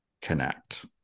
connect